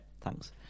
Thanks